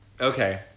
Okay